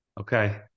Okay